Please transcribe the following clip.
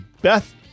Beth